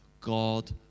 God